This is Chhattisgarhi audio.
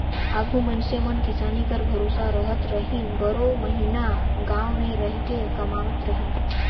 आघु मइनसे मन किसानी कर भरोसे रहत रहिन, बारो महिना गाँव मे रहिके कमावत रहिन